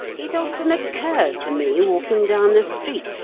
it often occurs to me walking down the street.